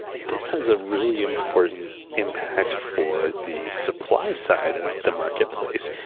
this has a really important impact for the supply side of the marketplace,